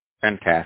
Fantastic